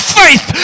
faith